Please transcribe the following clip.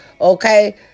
Okay